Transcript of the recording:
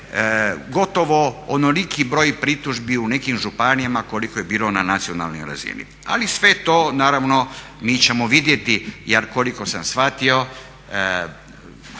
gotovo onoliki broj pritužbi u nekim županijama koliko je bilo na nacionalnoj razini, ali sve to naravno mi ćemo vidjeti, jer koliko sam shvatio